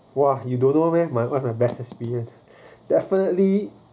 !wah! you don't know meh my my one of the best experience definitely